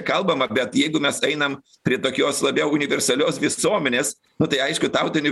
kalbama bet jeigu mes einam prie tokios labiau universalios visuomenės nu tai aišku tautinių